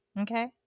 okay